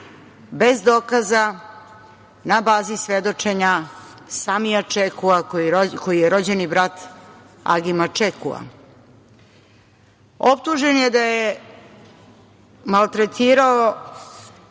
bez dokaza, na bazi svedočenja Samija Čekua koji je rođeni brat Agima Čekua. Optužen je da je maltretirao